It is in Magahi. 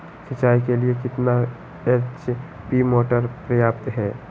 सिंचाई के लिए कितना एच.पी मोटर पर्याप्त है?